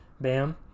Bam